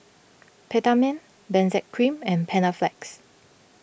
Peptamen Benzac Cream and Panaflex